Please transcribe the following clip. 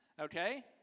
okay